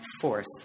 force